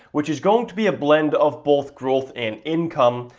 which is going to be a blend of both growth and income.